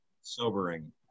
Sobering